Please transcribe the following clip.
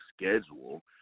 schedule